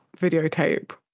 videotape